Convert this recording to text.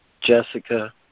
Jessica